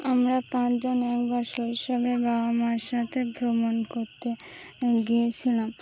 আমরা পাঁচজন একবার শৈশবে বাবা মার সাথে ভ্রমণ করতে গিয়েছিলাম